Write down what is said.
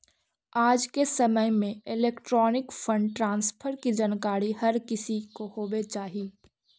आज के समय में इलेक्ट्रॉनिक फंड ट्रांसफर की जानकारी हर किसी को होवे चाही